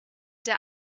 der